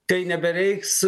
tai nebereiks